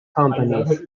companies